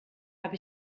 habe